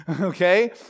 okay